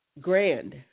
grand